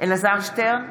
אלעזר שטרן,